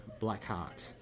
Blackheart